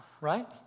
right